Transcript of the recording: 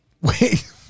Wait